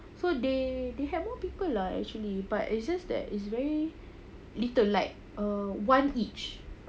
so they have more people lah actually but it's just that it's very little like uh one each